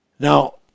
Now